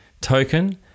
token